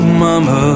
mama